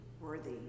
worthy